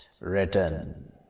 written